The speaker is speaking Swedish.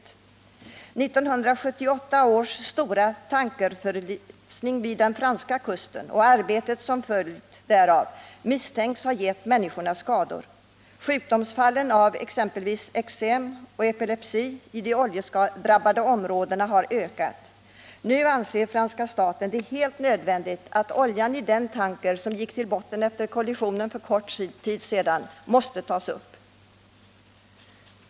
1978 års stora tankerförlisning vid den franska kusten och det arbete som har följt därav misstänks ha gett människorna skador. Sjukdomsfallen av exempelvis eksem och epilepsi har ökat i de oljedrabbade områdena. Nu anser franska staten det helt nödvändigt att oljan i den tanker som gick till botten efter kollisionen för kort tid sedan tas upp.